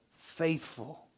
faithful